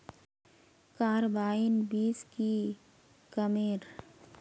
Carbine बीस की कमेर?